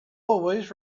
always